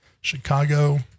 Chicago